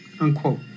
unquote